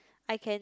I can